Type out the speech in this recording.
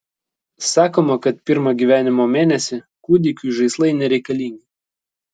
sakoma kad pirmą gyvenimo mėnesį kūdikiui žaislai nereikalingi